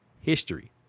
history